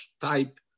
type